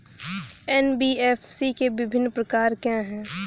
NBFC के विभिन्न प्रकार क्या हैं?